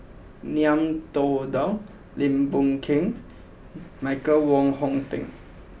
Ngiam Tong Dow Lim Boon Keng and Michael Wong Hong Teng